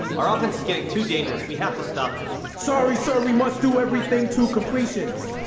our offense is getting too dangerous. we have to stop this. sorry sir, we must do everything to completions.